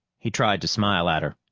he tried to smile at her.